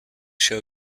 show